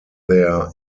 their